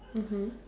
mmhmm